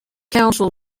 council